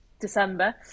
december